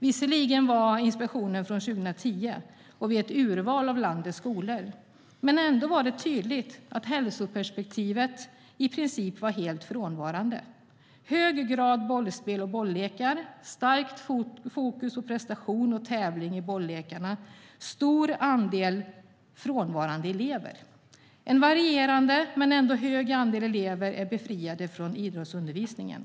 Tillsynen gjordes visserligen 2010 och i ett urval av landets skolor, men det är ändå tydligt att hälsoperspektivet är i princip helt frånvarande. Det är en hög andel bollspel och bollekar, starkt fokus på prestation och tävling i bollekarna och en stor andel frånvarande elever. En varierande men ändå hög andel elever är befriad från idrottsundervisningen.